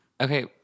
Okay